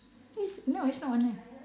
it's no it's not online